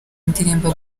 ndirimbo